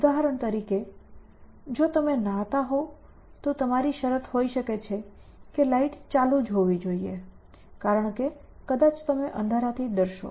ઉદાહરણ તરીકે જો તમે નહાતા હોવ તો તમારી શરત હોઈ શકે છે કે લાઇટ ચાલુ હોવી જ જોઇએ કારણ કે કદાચ તમે અંધારા થી ડરશો